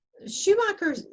Schumacher